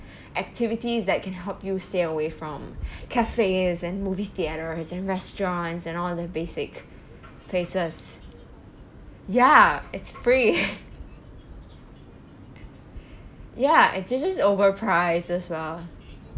activities that can help you stay away from cafes and movie theatres and restaurants and all the basic places ya it's free ya and they're just overpriced as well